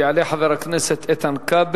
יעלה חבר הכנסת איתן כבל,